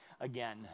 again